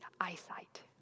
eyesight